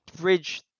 bridge